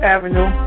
Avenue